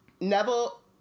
Neville